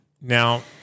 Now